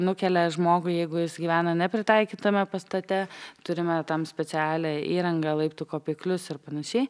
nukelia žmogų jeigu jis gyvena nepritaikytame pastate turime tam specialią įrangą laiptų kopiklius ir panašiai